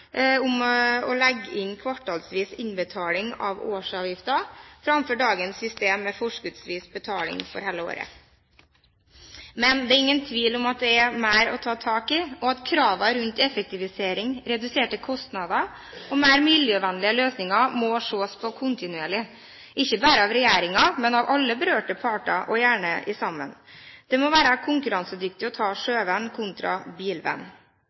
om å legge inn kvartalsvis innbetaling av årsavgiften fremfor dagens system med forskuddsvis betaling for hele året. Men det er ingen tvil om at det er mer å ta tak i, og at kravene rundt effektivisering, reduserte kostnader og mer miljøvennlige løsninger må ses på kontinuerlig – ikke bare av regjeringen, men av alle berørte parter, og gjerne sammen. Det må være konkurransedyktig å ta sjøveien kontra